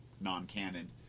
non-canon